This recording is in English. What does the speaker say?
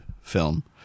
film